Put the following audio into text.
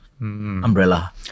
umbrella